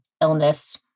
illness